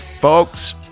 Folks